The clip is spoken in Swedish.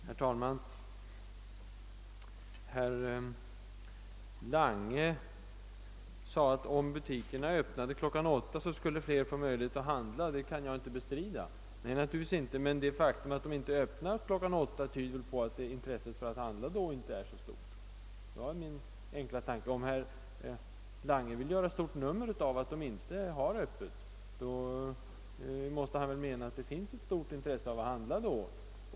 Herr talman! Herr Lange sade att om butikerna öppnade kl. 8 skulle fler få möjlighet att handla. Det kan jag naturligtvis inte beslrida, men det fak-um all affärerna inte öppnar kl. 8 tyder på att intresset för att handla då inte är så stort. Det var min enkla tanke. On? herr Lange vill göra stort nummer av alt butikerna inte har öppet, måste aan mena alt det finns ett stort inlresse av all handla då.